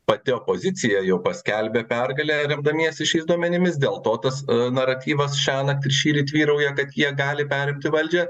pati opozicija jau paskelbė pergalę remdamiesi šiais duomenimis dėl to tas naratyvas šiąnakt ir šįryt vyrauja kad jie gali perimti valdžią